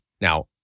Now